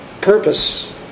Purpose